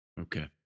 okay